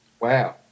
Wow